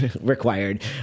required